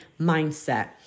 mindset